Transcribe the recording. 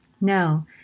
No